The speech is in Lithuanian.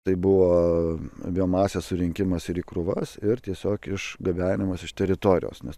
tai buvo biomasės surinkimas ir krūvas ir tiesiog iš gabenimas iš teritorijos nes